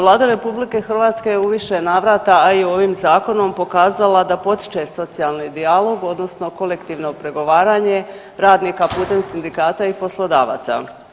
Vlada RH u više je navrata, a i ovim Zakonom pokazala da potiče socijalni dijalog odnosno kolektivno pregovaranje radnika putem sindikata i poslodavaca.